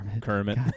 Kermit